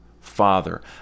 Father